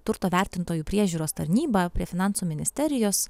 turto vertintojų priežiūros tarnyba prie finansų ministerijos